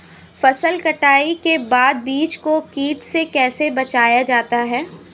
फसल कटाई के बाद बीज को कीट से कैसे बचाया जाता है?